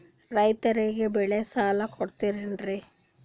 ರೈತರಿಗೆ ಬೆಳೆ ಸಾಲ ಕೊಡ್ತಿರೇನ್ರಿ?